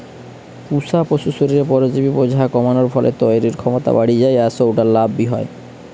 পুশা পশুর শরীরে পরজীবি বোঝা কমানার ফলে তইরির ক্ষমতা বাড়ি যায় আর সউটা লাভ বি হয়